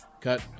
Cut